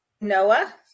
Noah